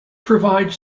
provides